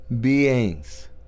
beings